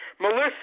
Melissa